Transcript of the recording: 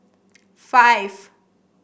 five